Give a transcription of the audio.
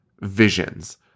visions